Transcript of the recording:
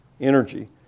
energy